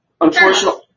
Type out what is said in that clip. Unfortunately